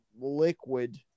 liquid